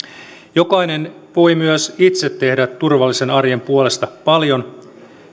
jokainen voi myös itse tehdä turvallisen arjen puolesta paljon